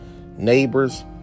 neighbors